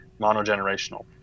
monogenerational